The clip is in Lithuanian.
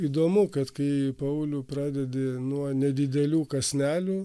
įdomu kad kai paulių pradedi nuo nedidelių kąsnelių